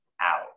out